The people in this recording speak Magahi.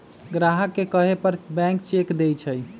ग्राहक के कहे पर बैंक चेक देई छई